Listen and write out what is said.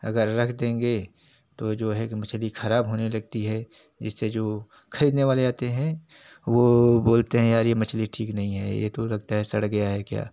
अगर रख देंगे तो जो है कि मछली खराब होने लगती है इससे जो खरीदने वाले आते हैं वो बोलते हैं यार यह मछली ठीक नही है यह तो लगता है सड़ गया है क्या